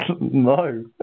no